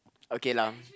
okay lah